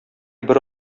бер